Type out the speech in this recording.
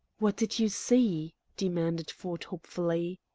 what did you see? demanded ford hopefully.